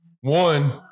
one